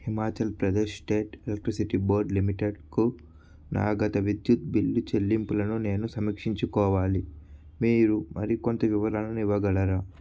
Himachal Pradesh state electricity board లిమిటెడ్కు నా గత విద్యుత్ బిల్లు చెల్లింపులను నేను సమీక్షించుకోవాలి మీరు మరికొంత వివరాలను ఇవ్వగలరా